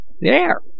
There